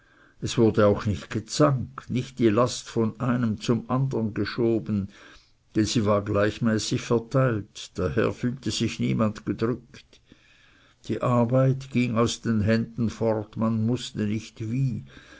es wurde auch nicht gezankt nicht die last von einem zum andern geschoben denn sie war gleichmäßig verteilt daher fühlte sich niemand gedrückt die arbeit ging aus den händen fort man wußte nicht wie